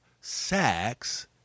sex